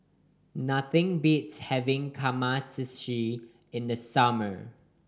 nothing beats having Kamameshi in the summer